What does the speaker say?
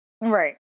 right